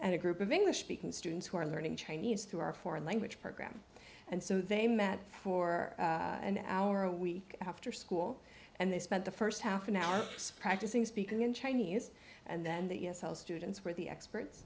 and a group of english speaking students who are learning chinese through our foreign language program and so they met for an hour a week after school and they spent the first half an hour practice in speaking in chinese and then the students were the experts